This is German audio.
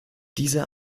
diese